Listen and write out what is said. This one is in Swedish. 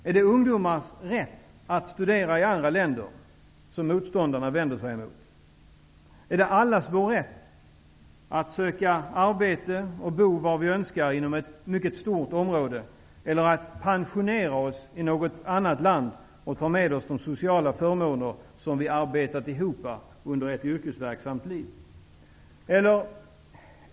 Är det ungdomars rätt att studera i andra länder? Är det allas vår rätt att söka arbete och bostad inom ett mycket stort område? Är det vår rätt att pensionera oss i något annat land och ta med oss de sociala förmåner som vi har arbetat ihop under ett yrkesverksamt liv?